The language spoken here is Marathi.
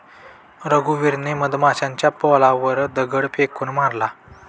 रघुवीरने मधमाशांच्या पोळ्यावर दगड फेकून मारला